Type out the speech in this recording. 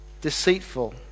deceitful